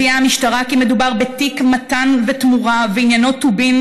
המשטרה הודיעה כי מדובר בתיק מתן ותמורה ועניינו טובין